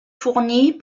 fournis